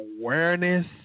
awareness